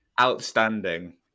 outstanding